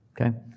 Okay